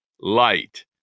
light